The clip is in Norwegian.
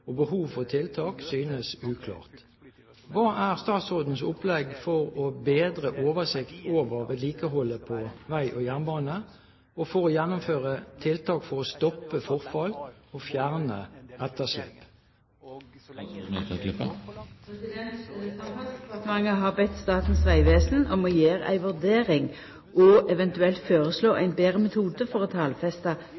og behov for tiltak, synes uklart. Hva er statsrådens opplegg for å bedre oversikt over vedlikeholdet på vei og jernbane og for å gjennomføre tiltak for å stoppe forfall/fjerne etterslep?» Samferdselsdepartementet har bede Statens vegvesen om å gjera ei vurdering og eventuelt